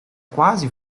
quase